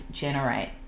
generate